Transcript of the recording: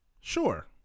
sure